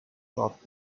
thought